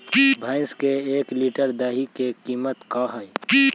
भैंस के एक लीटर दही के कीमत का है?